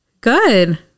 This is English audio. Good